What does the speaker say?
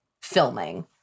filming